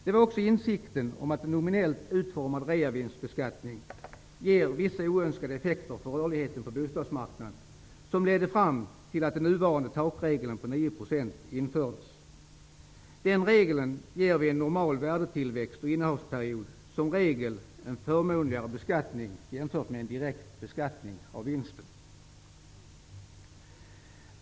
Det var också insikten om att en nominellt utformad reavinstskatt ger vissa oönskade effekter på rörligheten på bostadsmarknaden som leder fram till att den nuvarande takregeln på 9 % infördes. Vid en normal värdetillväxt och innehavsperiod ger denna regel vanligtvis en förmånligare beskattning jämfört med en direkt beskattning av vinsten.